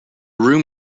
room